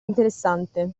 interessante